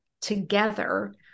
together